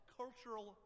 cultural